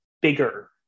bigger